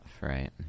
right